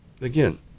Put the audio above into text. Again